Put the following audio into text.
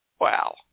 Wow